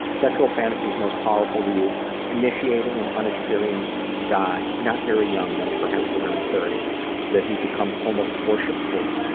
sexual fantasies most powerful to you initiating an unexperienced guy. not very young though, perhaps around thirty, so that he becomes almost worshipful.